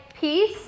peace